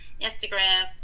Instagram